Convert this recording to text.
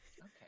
Okay